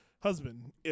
husband